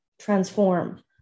transform